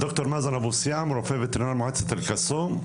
ד"ר מאזן אבו סיאם, רופא וטרינר מועצת אל קסום.